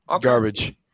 Garbage